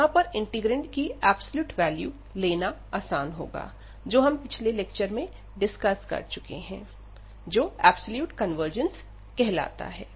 यहां पर इंटीग्रैंड की एब्सलूट वैल्यू लेना आसान होगा जो हम पिछले लेक्चर में डिस्कस कर चुके हैं जो एब्सलूट कन्वर्जेंस कहलाता है